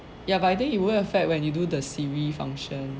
ya but I think it will affect when you do the siri function